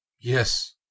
Yes